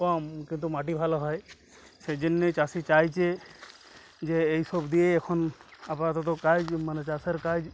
কম কিন্তু মাটি ভালো হয় সেই জন্যই চাষি চাইছে যে এই সব দিয়ে এখন আপাতত কাজ মানে চাষের কাজ